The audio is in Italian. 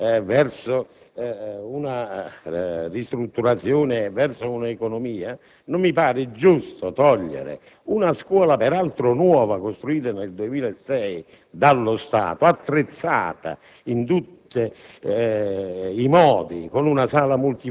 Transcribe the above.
Allora, se è vero che dobbiamo andare verso una ristrutturazione e un'economia, non mi pare giusto togliere una scuola, peraltro nuova, costruita nel 1996 dallo Stato, e attrezzata in tutti